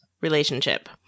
relationship